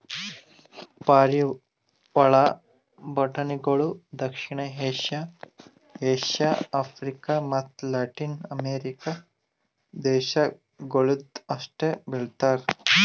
ಪಾರಿವಾಳ ಬಟಾಣಿಗೊಳ್ ದಕ್ಷಿಣ ಏಷ್ಯಾ, ಏಷ್ಯಾ, ಆಫ್ರಿಕ ಮತ್ತ ಲ್ಯಾಟಿನ್ ಅಮೆರಿಕ ದೇಶಗೊಳ್ದಾಗ್ ಅಷ್ಟೆ ಬೆಳಿತಾರ್